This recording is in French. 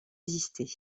exister